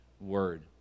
word